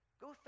Go